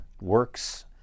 Works